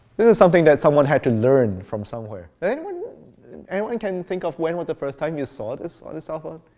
this is something that someone had to learn from somewhere. anyone anyone can think of when was the first time you saw this on a cellphone?